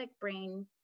brain